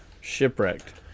Shipwrecked